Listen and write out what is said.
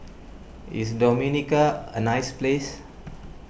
is Dominica a nice place